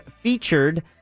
featured